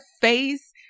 face